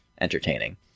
entertaining